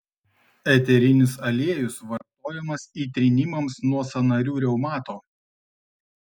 eterinis aliejus vartojamas įtrynimams nuo sąnarių reumato